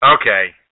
Okay